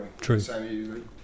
True